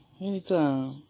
Anytime